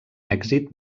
èxit